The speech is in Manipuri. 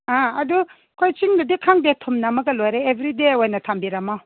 ꯑꯥ ꯑꯗꯨ ꯑꯩꯈꯣꯏ ꯆꯤꯡꯗꯗꯤ ꯈꯪꯗꯦ ꯊꯨꯝ ꯅꯝꯃꯒ ꯂꯣꯏꯔꯦ ꯑꯦꯕ꯭ꯔꯤꯗꯦ ꯊꯝꯕꯤꯔꯝꯃꯣ